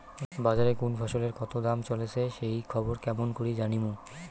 বাজারে কুন ফসলের কতো দাম চলেসে সেই খবর কেমন করি জানীমু?